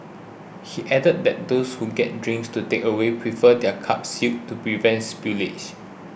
he added that those who get drinks to takeaway prefer their cups sealed to prevent spillage